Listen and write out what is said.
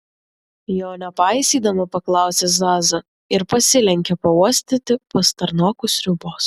jo nepaisydama paklausė zaza ir pasilenkė pauostyti pastarnokų sriubos